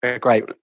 great